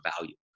value